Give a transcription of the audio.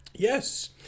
Yes